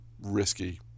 risky